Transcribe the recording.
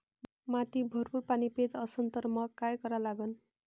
माती भरपूर पाणी पेत असन तर मंग काय करा लागन?